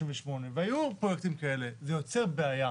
יוצרת בעיה.